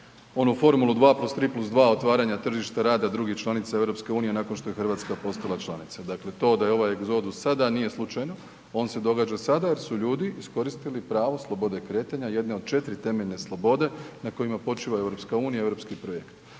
onu formulu 2+3+2 otvaranja tržišta rada drugih članica EU-a nakon što je Hrvatska postala članica. Dakle to da je ovaj egzodus sada nije slučajan, on se događa sada jer su ljudi iskoristili pravo slobode kretanja, jedne od 4 temeljne slobode na kojima počiva EU-a i europski projekti.